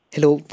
Hello